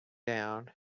down